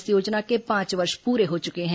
इस योजना के पांच वर्ष पूरे हो चुके हैं